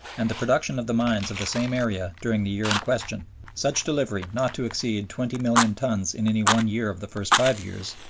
and the production of the mines of the same area during the year in question such delivery not to exceed twenty million tons in any one year of the first five years,